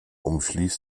umschließt